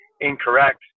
incorrect